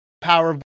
power